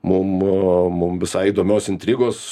mum mum visai įdomios intrigos